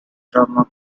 drama